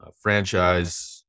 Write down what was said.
franchise